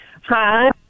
Hi